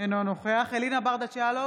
אינו נוכח אלינה ברדץ' יאלוב,